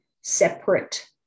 separate